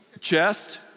Chest